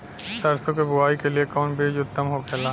सरसो के बुआई के लिए कवन बिज उत्तम होखेला?